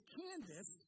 canvas